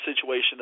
situation